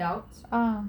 ah